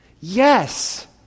Yes